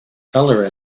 color